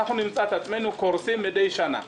נמצא עצמנו קורסים מדי שנה.